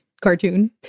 cartoon